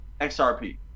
XRP